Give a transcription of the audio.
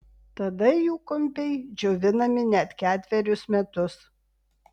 tada jų kumpiai džiovinami net ketverius metus